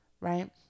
right